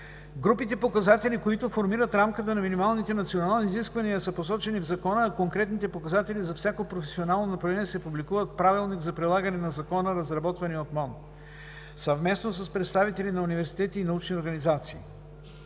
Групите показатели, които формират рамката на минималните национални изисквания, са посочени в Закона, а конкретните показатели за всяко професионално направление се публикуват в Правилник за прилагане на Закона, разработвани от МОН съвместно с представители на университети и научни организации.